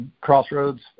crossroads